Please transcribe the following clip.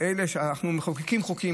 אנחנו מחוקקים חוקים,